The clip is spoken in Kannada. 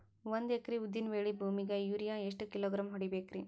ಒಂದ್ ಎಕರಿ ಉದ್ದಿನ ಬೇಳಿ ಭೂಮಿಗ ಯೋರಿಯ ಎಷ್ಟ ಕಿಲೋಗ್ರಾಂ ಹೊಡೀಬೇಕ್ರಿ?